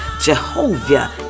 Jehovah